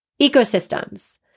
ecosystems